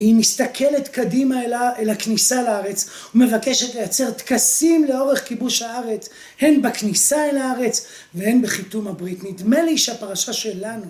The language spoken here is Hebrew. היא מסתכלת קדימה אל הכניסה לארץ ומבקשת לייצר טקסים לאורך כיבוש הארץ, הן בכניסה אל הארץ והן בחיתום הברית. נדמה לי שהפרשה שלנו...